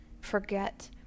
forget